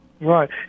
Right